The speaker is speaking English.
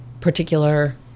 particular